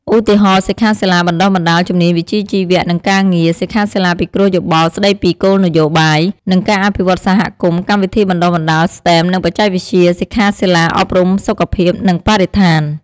ឧទាហរណ៍សិក្ខាសាលាបណ្តុះបណ្តាលជំនាញវិជ្ជាជីវៈ និងការងារ សិក្ខាសាលាពិគ្រោះយោបល់ស្តីពីគោលនយោបាយ និងការអភិវឌ្ឍសហគមន៍ កម្មវិធីបណ្តុះបណ្តាល STEM និងបច្ចេកវិទ្យា សិក្ខាសាលាអប់រំសុខភាព និងបរិស្ថាន។